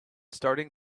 starting